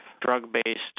drug-based